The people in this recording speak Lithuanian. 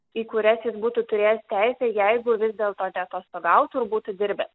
į kurias jis būtų turėjęs teisę jeigu vis dėlto neatostogautų ir būtų dirbęs